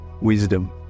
wisdom